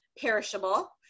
perishable